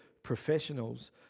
professionals